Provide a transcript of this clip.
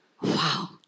Wow